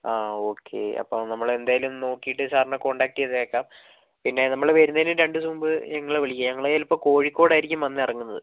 ആ ഓക്കെ അപ്പോൾ നമ്മൾ എന്തായാലും നോക്കിയിട്ട് സാറിനെ കോൺടാക്ട് ചെയ്തേക്കാം പിന്നെ നമ്മൾ വരുന്നതിന് രണ്ട് ദിവസം മുൻപ് നിങ്ങളെ വിളിക്കാം ഞങ്ങൾ ചിലപ്പോൾ കോഴിക്കോടായിരിക്കും വന്ന് ഇറങ്ങുന്നത്